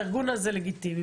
הארגון הזה לגיטימי,